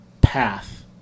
path